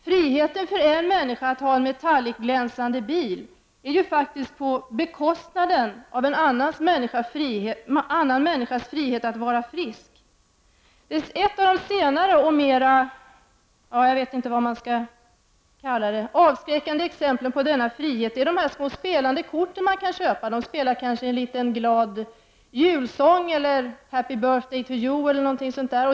Friheten för en människa att ha en metallicglänsande bil är på bekostnad av en annan människas frihet att vara frisk. Ett av de senaste och mera avskräckande exemplen på denna frihet är de små spelande korten som finns att köpa. De spelar en glad julsång, ”Happy birthday to you” eller något annat.